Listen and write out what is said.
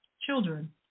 Children